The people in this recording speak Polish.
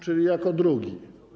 Czyli jako drugi.